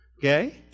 okay